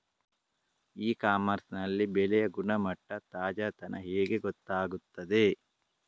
E commerce ನಲ್ಲಿ ಬೆಳೆಯ ಗುಣಮಟ್ಟ, ತಾಜಾತನ ಹೇಗೆ ಗೊತ್ತಾಗುತ್ತದೆ?